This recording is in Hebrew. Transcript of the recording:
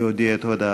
להודיע את הודעתה.